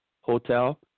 hotel